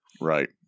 Right